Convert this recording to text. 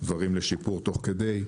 דברים לשיפור תוך כדי,